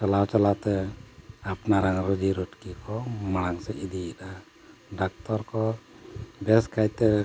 ᱪᱟᱞᱟᱣ ᱪᱟᱞᱟᱣᱛᱮ ᱟᱯᱱᱟᱨᱟᱜ ᱨᱚᱡᱤ ᱨᱩᱴᱠᱤ ᱠᱚ ᱢᱟᱲᱟᱝ ᱥᱮᱫ ᱤᱫᱤᱭᱮᱫᱟ ᱰᱟᱠᱛᱚᱨ ᱠᱚ ᱵᱮᱥ ᱠᱟᱭᱛᱮ